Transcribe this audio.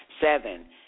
Seven